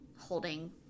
holding